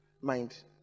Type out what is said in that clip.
mind